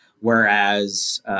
whereas